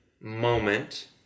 moment